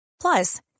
Plus